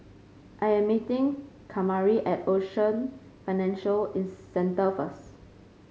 I am meeting Kamari at Ocean Financial in Centre first